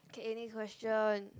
okay next question